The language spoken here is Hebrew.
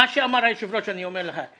מה שאמר היושב-ראש אני אומר לך: